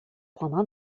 prendra